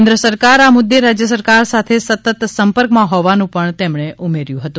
કેન્જ સરકાર આ મુદ્દે રાજય સરકાર સાથે સતત સંપર્કમાં હોવાનું પણ તેમણે ઉમેર્યું હતું